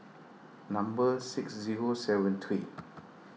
number six zero seven three